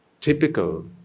typical